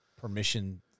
permission